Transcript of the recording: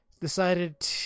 decided